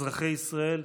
אזרחי ישראל,